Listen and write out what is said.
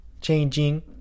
changing